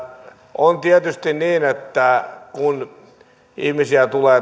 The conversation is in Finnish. on tietysti niin että kun ihmisiä tulee